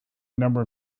number